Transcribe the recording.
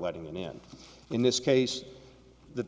letting the man in this case that